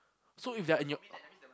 so if they are in your